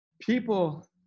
people